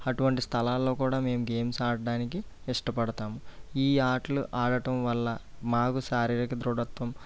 అటువంటి స్థలాలలో కూడా మేము గేమ్స్ ఆడడానికి ఇష్టపడతాము ఈ ఆటలు ఆడటం వల్ల మాకు శారీరిక దృఢత్వం